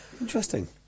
Interesting